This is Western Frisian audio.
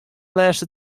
lêste